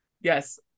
Yes